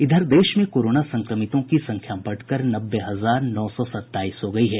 इधर देश में कोरोना संक्रमितों की संख्या बढ़कर नब्बे हजार नौ सौ सत्ताईस हो गयी है